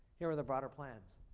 here are the broader plans.